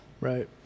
right